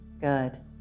Good